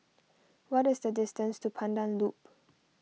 what is the distance to Pandan Loop